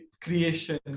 creation